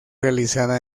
realizada